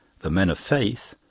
the men of faith,